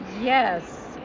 Yes